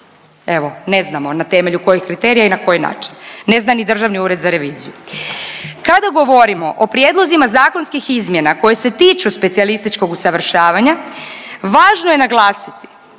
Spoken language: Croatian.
Evo ne znamo na temelju kojih kriterija i na koji način, ne zna ni Državni ured za reviziju. Kada govorimo o prijedlozima zakonskih izmjena koje se tiču specijalističkog usavršavanja, važno je naglasiti